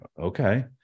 okay